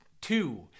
two